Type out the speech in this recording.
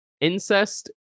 Incest